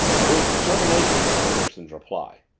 there was determination in anderson's reply.